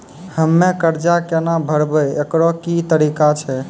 हम्मय कर्जा केना भरबै, एकरऽ की तरीका छै?